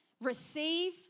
receive